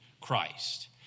Christ